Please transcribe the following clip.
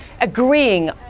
agreeing